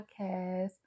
Podcast